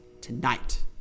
tonight